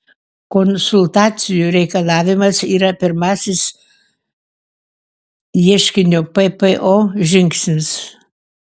konsultacijų reikalavimas yra pirmasis ieškinio ppo žingsnis